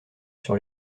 sur